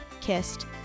kissed